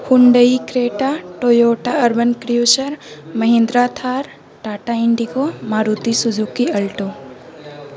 Hyundai Creta Toyota Urban Cruiser Mahindra Thar Tata Indigo Maruti Suzuki Alto